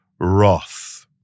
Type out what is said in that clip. wrath